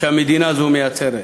שהמדינה הזאת מייצרת.